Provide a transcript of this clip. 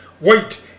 wait